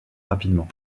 rapidement